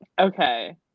Okay